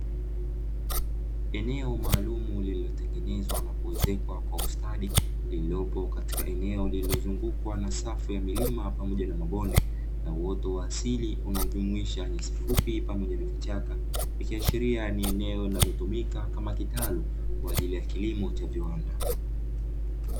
Eneo maalumu lililotengenezwa na kuezekwa kwa ustadi, lililopo katika eneo lililozungukwa na safu za milima pamoja na mabonde, na uoto wa asili unaojumuisha nyasi fupi pamoja na kichaka, ikiashiria ni eneo linalotumika kama kitalu, kwa ajili ya kilimo cha viwanda.